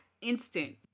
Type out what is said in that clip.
instant